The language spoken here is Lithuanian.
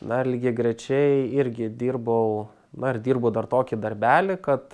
dar lygiagrečiai irgi dirbau na ir dirbu dar tokį darbelį kad